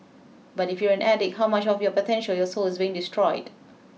but if you're an addict how much of your potential your soul is being destroyed